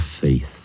faith